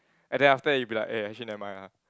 and then after that you be like eh actually nevermind ah